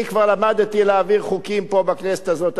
אני כבר למדתי להעביר חוקים פה בכנסת הזאת,